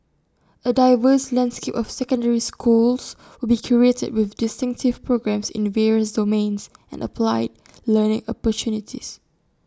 A diverse landscape of secondary schools will be created with distinctive programmes in various domains and applied learning opportunities